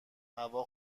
هوا